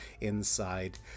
inside